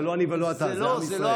זה לא אני ולא אתה, זה עם ישראל.